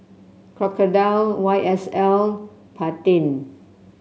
Crocodile Y S L Pantene